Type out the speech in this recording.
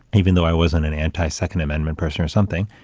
even though i wasn't an anti-second amendment person or something.